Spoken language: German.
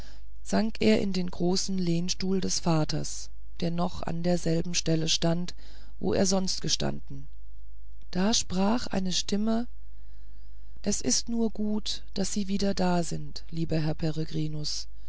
sank er in den großen lehnstuhl des vaters der noch an derselben stelle stand wo er sonst gestanden da sprach eine stimme es ist nur gut daß sie wieder da sind lieber herr